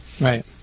right